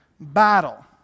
battle